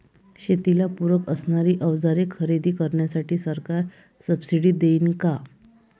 शेतीला पूरक असणारी अवजारे खरेदी करण्यासाठी सरकार सब्सिडी देईन का?